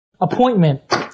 appointment